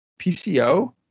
PCO